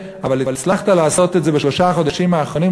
אבל הצלחת לעשות את זה בשלושת החודשים האחרונים,